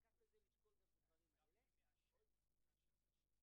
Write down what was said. יהיה "נציג אגף התקציבים".